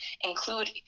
include